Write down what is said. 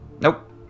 Nope